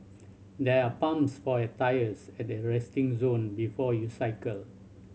there are pumps for your tyres at the resting zone before you cycle